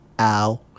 Ow